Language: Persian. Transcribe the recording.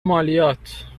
مالیات